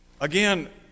Again